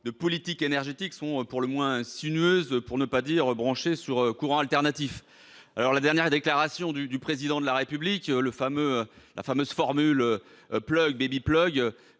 de politique énergétique sont pour le moins sinueuses, pour ne pas dire branchées sur courant alternatif. La dernière déclaration du Président de la République, avec la fameuse formule !, laissait